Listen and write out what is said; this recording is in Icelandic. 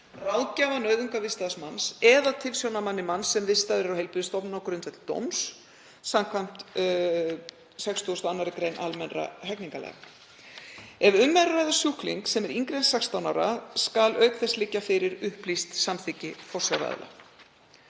ráðgjafa nauðungarvistaðs manns eða tilsjónarmanni manns sem vistaður er á heilbrigðisstofnun á grundvelli dóms samkvæmt 62. gr. almennra hegningarlaga. Ef um er að ræða sjúkling sem er yngri en 16 ára skal auk þess liggja fyrir upplýst samþykki forsjáraðila.